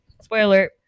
Spoiler